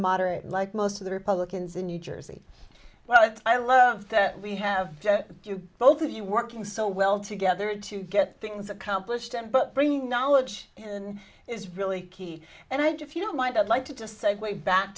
moderate like most of the republicans in new jersey but i love that we have both of you working so well together to get things accomplished and but bringing knowledge and is really key and i just don't mind i'd like to just segue back